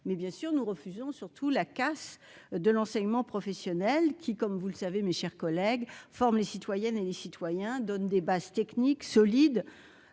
mais bien sûr, nous refusons surtout la casse de l'enseignement professionnel qui, comme vous le savez, mes chers collègues, forme les citoyennes et les citoyens donnent des bases techniques solides